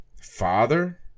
father